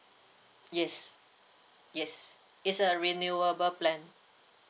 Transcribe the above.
yes yes it's a renewable plan